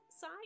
side